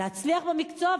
להצליח במקצוע,